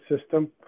system